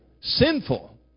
sinful